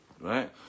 right